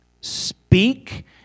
Speak